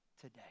Today